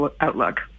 outlook